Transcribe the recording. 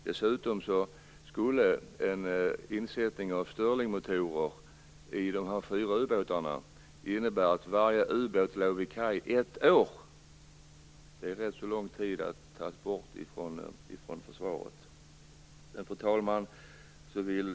Dessutom skulle en insättning av Sterlingmotorer i dessa fyra ubåtar innebära att varje ubåt låg vid kaj ett år. Det är lång tid att ta dem från försvaret.